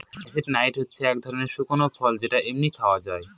cashew nut হচ্ছে এক ধরনের শুকনো ফল যেটা এমনি খাওয়া যায়